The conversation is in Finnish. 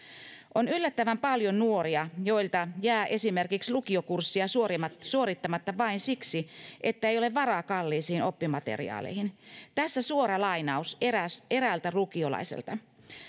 on yllättävän paljon nuoria joilta jää esimerkiksi lukiokursseja suorittamatta vain siksi että ei ole varaa kalliisiin oppimateriaaleihin tässä suora lainaus eräältä lukiolaiselta